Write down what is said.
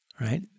right